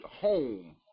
home